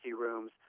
rooms